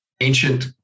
ancient